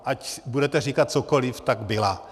Ať budete říkat cokoliv, tak byla.